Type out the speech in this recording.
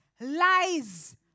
lies